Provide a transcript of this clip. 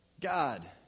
God